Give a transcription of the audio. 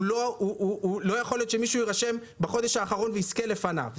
לא יכול להיות שמישהו ירשם בחודש האחרון ויזכה לפניו.